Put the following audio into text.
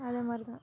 அதை மாதிரி தான்